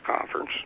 conference